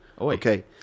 Okay